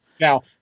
Now